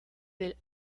del